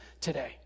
today